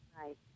Right